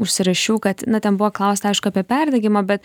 užsirašiau kad na ten buvo klausta aišku apie perdegimą bet